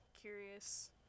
curious